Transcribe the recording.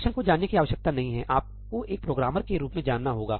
function को जानने की आवश्यकता नहीं है आपको एक प्रोग्रामर के रूप में जानना होगा